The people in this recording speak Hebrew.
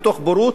מתוך בורות,